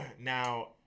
Now